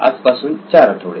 आज पासून 4 आठवडे